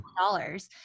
dollars